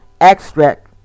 extract